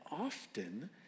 often